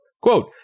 Quote